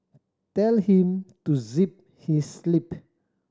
tell him to zip his lip